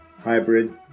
hybrid